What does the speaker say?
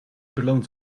beloond